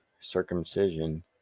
circumcision